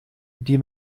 die